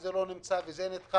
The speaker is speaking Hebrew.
וזה לא נמצא וזה נדחה.